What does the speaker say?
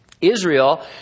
Israel